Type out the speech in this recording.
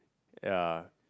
ya